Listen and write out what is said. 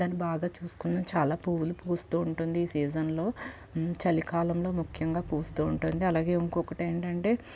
దాన్ని బాగా చూసుకొని చాలా పువ్వులు పూస్తు ఉంటుంది ఈ సీజన్లో చలికాలంలో ముఖ్యంగా పూస్తు ఉంటుంది అలాగే ఇంకోటి ఏంటంటే